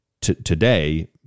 today